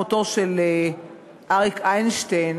לאחר מותו של אריק איינשטיין,